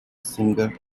singer